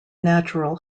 natural